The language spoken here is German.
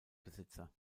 besitzer